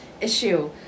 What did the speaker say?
issue